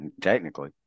Technically